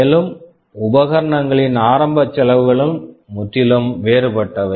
மேலும் உபகரணங்களின் ஆரம்ப செலவுகளும் முற்றிலும் வேறுபட்டவை